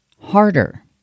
harder